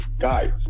guys